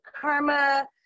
karma